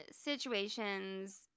situations